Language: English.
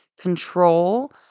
control